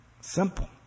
Simple